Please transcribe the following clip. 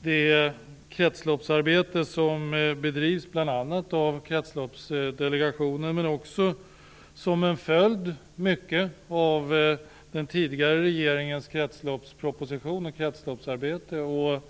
det kretsloppsarbete som bedrivs av bl.a. Kretsloppsdelegationen men också till stor del till följd av den tidigare regeringens kretsloppsproposition och kretsloppsarbete.